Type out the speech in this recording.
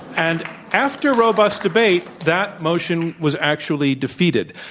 and after robust debate, that motion was actually defeated.